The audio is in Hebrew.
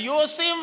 היו עושים.